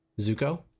Zuko